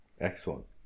Excellent